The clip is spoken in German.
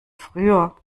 früher